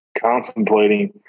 Contemplating